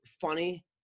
funny